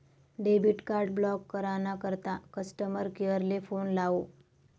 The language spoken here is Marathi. डेबिट कार्ड ब्लॉक करा ना करता कस्टमर केअर ले फोन लावो